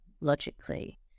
logically